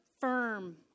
firm